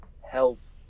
health